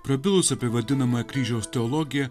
prabilus apie vadinamą kryžiaus teologija